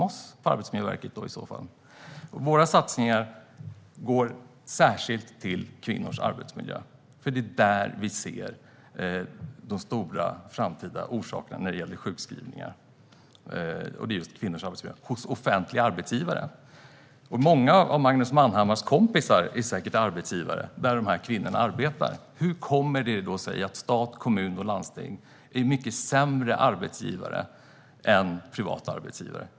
Våra satsningar går särskilt till kvinnors arbetsmiljö hos offentliga arbetsgivare, för det är där vi ser de stora framtida orsakerna till sjukskrivningar. Många av Magnus Manhammars kompisar är säkert arbetsgivare för dessa kvinnor. Hur kommer det sig då att stat, kommun och landsting är mycket sämre arbetsgivare än privata arbetsgivare?